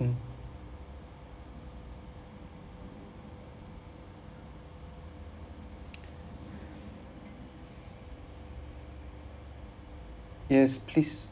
mm yes please